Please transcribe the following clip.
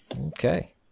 Okay